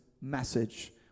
Message